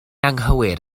anghywir